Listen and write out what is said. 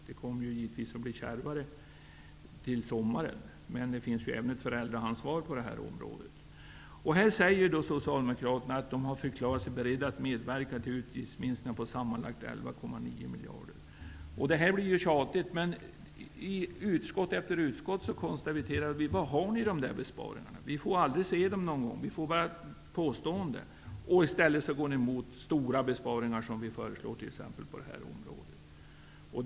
Det kommer givetvis att bli kärvare till sommaren. Men det finns även ett föräldraansvar på det här området. Socialdemokraterna säger sig beredda att medverka till en utgiftsminskning av sammanlagt Det här blir ju tjatigt, men vid utskottsmöte efter utskottsmöte konstaterar vi att Socialdemokraternas besparingar inte redovisas. Vi får bara höra påståenden om att de finns. Sedan motsätter ni er stora besparingar som vi exempelvis på det här området föreslår.